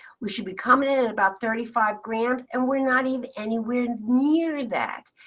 we should be coming in at about thirty five grams, and we're not even anywhere near that.